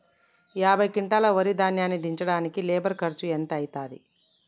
యాభై క్వింటాల్ వరి ధాన్యము దించడానికి లేబర్ ఖర్చు ఎంత అయితది?